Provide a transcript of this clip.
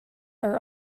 are